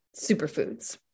superfoods